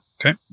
Okay